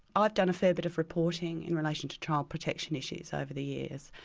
i've done a fair bit of reporting in relation to child protection issues over the years,